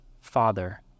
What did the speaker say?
father